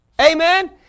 Amen